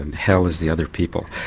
and hell is the other people,